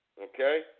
Okay